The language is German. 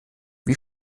wie